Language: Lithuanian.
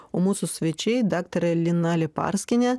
o mūsų svečiai daktarė lina leparskienė